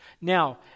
Now